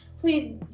please